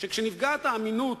שכשנפגעת האמינות